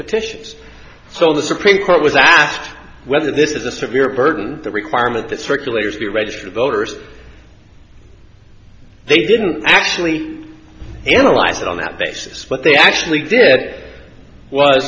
petitions so the supreme court was asked whether this is a severe burden the requirement that circulators be ready for the voters they didn't actually analyze it on that basis but they actually did